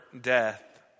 death